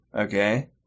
Okay